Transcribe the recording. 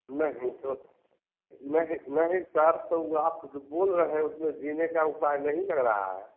नहीं दो नहीं नहीं सर तो वह आप जो बोल रहें उसमें जीने का उपाय नहीं लग रहा है